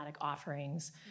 offerings